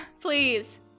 Please